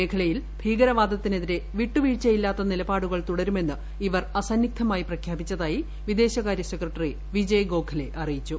മേഖലയിൽ ഇരു ഭീകരവാദത്തിനെതിരെ വിട്ടുവീഴ്ചയില്ലാത്ത നിലപാടുകൾ തുടരുമെന്ന് ഇവർ അസന്നിഗ്ദ്ധമായി പ്രഖ്യാപിച്ചതായി വിദേശകാര്യ സെക്രട്ടറി വിജയ് ഗോഖലെ അറിയിച്ചു